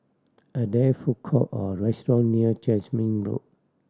are there food court or restaurant near Jasmine Road